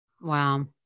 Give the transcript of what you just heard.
Wow